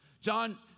John